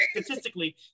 statistically